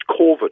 COVID